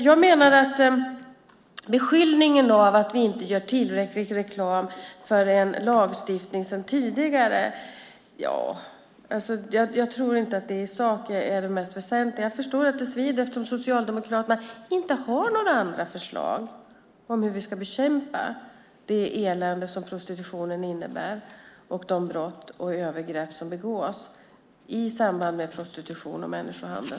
Vi beskylls för att vi inte gör tillräcklig reklam för en lagstiftning sedan tidigare. Jag tror inte att det i sak är det mest väsentliga. Jag förstår att det svider, eftersom Socialdemokraterna inte har några andra förslag om hur vi ska bekämpa det elände som prostitutionen innebär och de brott och övergrepp som begås i samband med prostitution och människohandel.